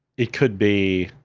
it could be